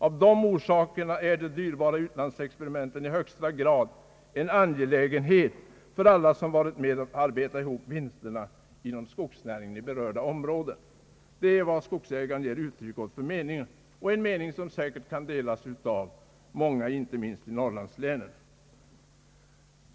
Av dessa orsaker är de dyrbara utlandsexperimenten i högsta grad en angelägenhet för alla som varit med om att arbeta ihop vinsterna inom skogsnäringen i berörda områden.» Detta är den mening Skogsägaren ger uttryck åt, en mening som säkert kan delas av många, inte minst i norrlandslänen.